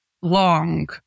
long